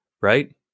right